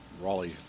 Raleigh